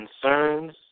concerns